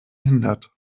hindert